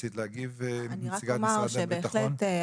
רצית להגיב נציגת משרד הביטחון?